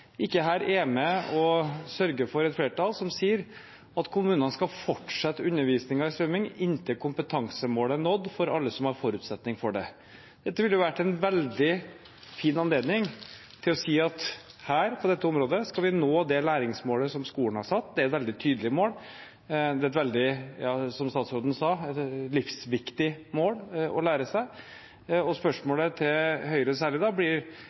at her, på dette området, skal vi nå det læringsmålet som skolen har satt. Det er et veldig tydelig mål, og det er, som statsråden sa, et livsviktig mål å ha. Spørsmålet til særlig Høyre blir da: